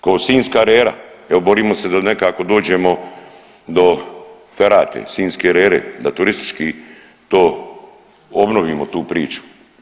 Ko Sinjska rera, evo borimo se da nekako dođemo do Ferate, Sinjske rere da turistički to obnovimo tu priču.